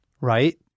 right